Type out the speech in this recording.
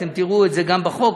אתם תראו את זה גם בחוק,